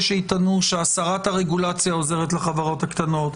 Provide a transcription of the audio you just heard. שיטענו שהסרת הרגולציה עוזרת לחברות הקטנות,